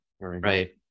right